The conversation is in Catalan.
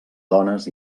dones